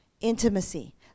Intimacy